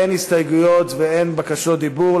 אין הסתייגויות ואין בקשות דיבור.